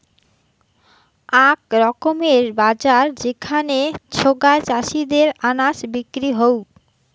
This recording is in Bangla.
আক রকমের বাজার যেখানে সোগায় চাষীদের আনাজ বিক্রি হউ